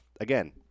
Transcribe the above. again